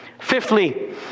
fifthly